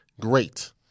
great